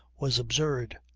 was absurd.